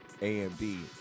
AMD